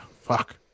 fuck